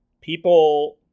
people